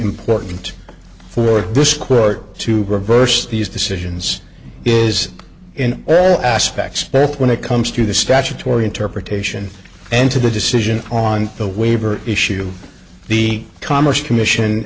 important for this court to reverse these decisions is in earl aspects both when it comes to the statutory interpretation and to the decision on the waiver issue the commerce commission